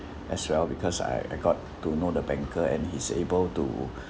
as well because I I got to know the banker and he's able to